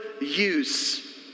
use